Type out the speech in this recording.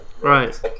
Right